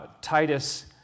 Titus